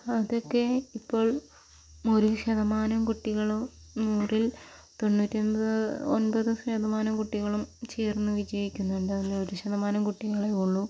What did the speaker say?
അതൊക്കെ ഇപ്പോൾ ഒരു ശതമാനം കുട്ടികളും നൂറിൽ തൊണ്ണൂറ്റി ഒൻപത് ഒൻപത് ശതമാനം കുട്ടികളും ചേർന്ന് വിജയിക്കുന്നുണ്ട് അതിൽ ഒരു ശതമാനം കുട്ടികളെ ഉള്ളു